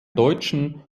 deutschen